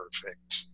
perfect